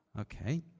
Okay